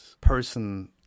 person